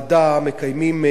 מקיימים סיור,